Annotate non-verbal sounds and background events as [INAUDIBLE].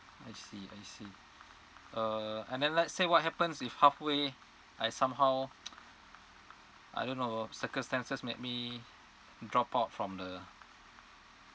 I see I see uh and then let's say what happens if halfway I somehow [NOISE] I don't know circumstances make me drop out from the